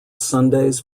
sundays